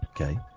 Okay